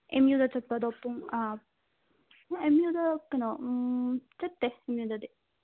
M ꯌꯨ ꯗ ꯆꯠꯄꯗꯣ ꯄꯨꯡ ꯑꯦꯝ ꯌꯨ ꯗ ꯀꯩꯅꯣ ꯆꯠꯇꯦ ꯅꯨꯡꯗꯤꯟꯗꯗꯤ